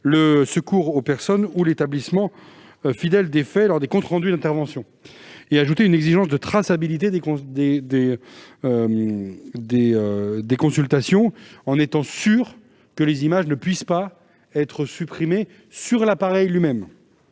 le secours aux personnes ou l'établissement fidèle des faits lors des comptes rendus d'interventions -et-et ajouté une exigence de traçabilité des consultations ainsi réalisées, pour avoir la garantie que les images ne puissent pas être supprimées sur l'appareil lui-même.